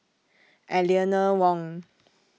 Eleanor Wong